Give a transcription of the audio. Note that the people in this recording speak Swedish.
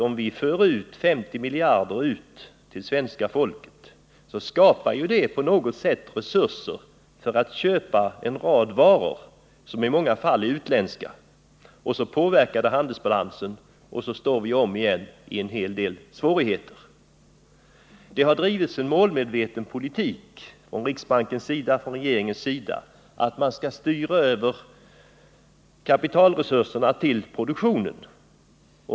Om vi för ut 50 miljarder kronor till svenska folket, skapar detta på något sätt resurser för köp av en rad varor som i många fall är utländska. Det påverkar handelsbalansen, och så befinner vi oss åter i svårigheter. Från riksbankens och regeringens sida har drivits en målmedveten politik i syfte att styra över kapitalresurserna till produktionen.